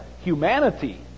humanity